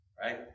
right